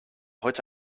heute